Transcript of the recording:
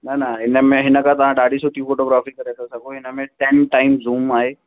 न न हिन में हिन खां तव्हां ॾाढी सुठी फोटोग्राफी करे था सघो हिन में टेन टाइम ज़ूम आहे